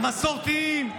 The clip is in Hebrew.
המסורתיים,